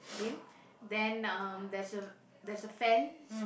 K then um there's a there's a fence